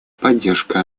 поддержка